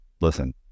listen